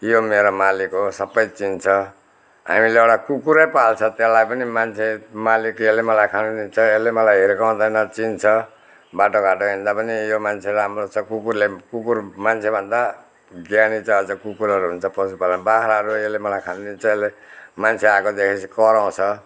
यो मेरो मालिक हो सबै चिन्छ हामीले एउटा कुकुरै पाल्छ त्यसलाई पनि मान्छे मालिक यसले मलाई खानु दिन्छ यसले मलाई हिर्काउँदैन चिन्छ बाटो घाटो हिँड्दा पनि यो मान्छे राम्रो छ कुकुरले पनि कुकुर मान्छे भन्दा ज्ञानी त अझै कुकुरहरू हुन्छ पशुपालन बाख्राहरू यसले मलाई खानु दिन्छ यसले मान्छे आएको देखेपछि कराउँछ